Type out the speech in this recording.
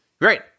Great